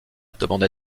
demanda